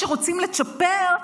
כשרוצים לצ'פר,